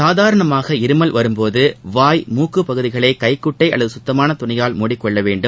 சாதாரணமாக இருமல் வரும்போது வாய் மூக்கு பகுதிகளை கைக்குட்டை அல்லது குத்தமான துணியால் மூடிக்கொள்ள வேண்டும்